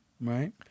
right